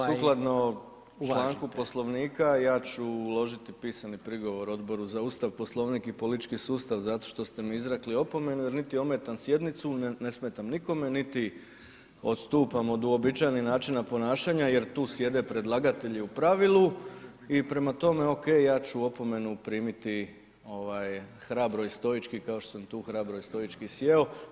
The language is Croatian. Ok, sukladno članku Poslovnika ja ću uložiti pisani prigovor Odboru za Ustav, Poslovnik i politički sustav zato što ste mi izrekli opomenu jer niti ometam sjednicu, ne smetam nikome, niti odstupam od uobičajenih načina ponašanja jer tu sjede predlagatelji u pravilu i prema tome ok, ja ću opomenu primiti hrabro i stoički kao što sam tu hrabro i stoički sjeo.